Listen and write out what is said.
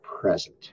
present